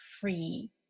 free